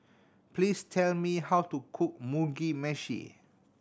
please tell me how to cook Mugi Meshi